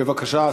בבקשה,